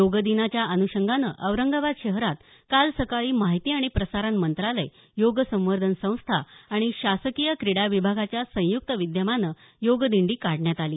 योग दिनाच्या अन्षंगानं औरंगाबाद शहरात काल सकाळी माहिती आणि प्रसारण मंत्रालय योगसंवर्धन संस्था आणि शासकीय क्रीडा विभागाच्या संयुक्त विद्यमानं योग दिंडी काढण्यात आली